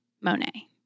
Monet